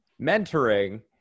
Mentoring